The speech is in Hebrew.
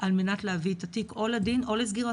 על מנת להביא את התיק או לדין או לסגירתו.